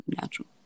natural